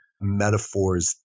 metaphors